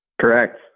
Correct